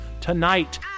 tonight